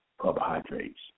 carbohydrates